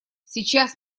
сейчас